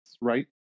right